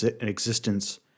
existence